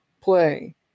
play